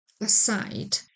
aside